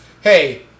Hey